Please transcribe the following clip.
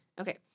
Okay